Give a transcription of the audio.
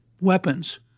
weapons